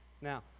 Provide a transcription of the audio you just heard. Now